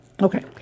Okay